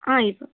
ఆ ఇదిగో